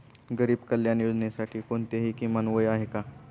गरीब कल्याण योजनेसाठी कोणतेही किमान वय आहे का?